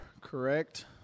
correct